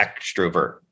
extrovert